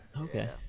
Okay